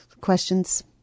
questions